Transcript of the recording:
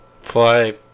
fly